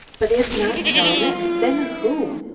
but if not zalnitch, then who?